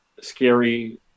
scary